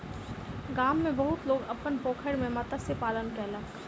गाम में बहुत लोक अपन पोखैर में मत्स्य पालन कयलक